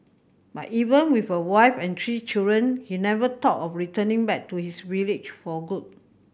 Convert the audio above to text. but even with a wife and three children he never thought of returning back to his village for good